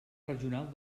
regional